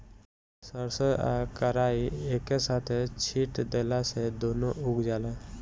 सरसों आ कराई एके साथे छींट देला से दूनो उग जाला